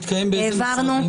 שמתקיים באילו משרדים?